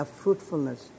fruitfulness